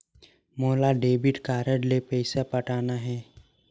मोला debit card ले पइसा पटाना हे?